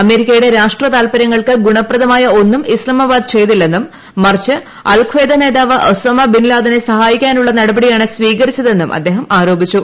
അമേരിക്കയുടെ രാഷ്ട്ര താൽപരൃങ്ങൾക്ക് ഗുണപ്രദമായ ഒന്നും ഇസ്താമബാദ് ചെയ്തില്ലെന്നും മറിച്ച് അൽഖയ്ദ നേതാവ് ഒസാമ ബിൻ ലാദനെ സഹായിക്കാനുള്ള നടപടിയാണ് സ്വീകരിച്ചതെന്നും അദ്ദേഹം ആരോപിച്ചു